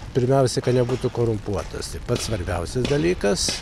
pirmiausia kad nebūtų korumpuotas tai pats svarbiausias dalykas